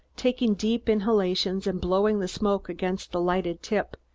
taking deep inhalations and blowing the smoke against the lighted tip,